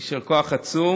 יישר כוח עצום,